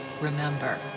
remember